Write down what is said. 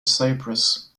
cyprus